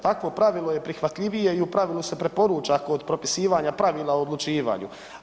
Takvo pravilo je prihvatljivije i u pravilu se preporuča kod propisivanja pravila o odlučivanju.